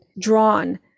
drawn